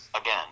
again